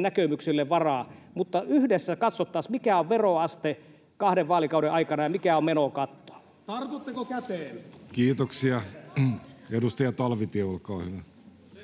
näkemyksille varaa, mutta yhdessä katsottaisiin, mikä on veroaste kahden vaalikauden aikana ja mikä on menokatto. [Antti Kurvinen: Tartutteko käteen?]